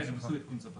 כן, הם עשו עדכון ספקים.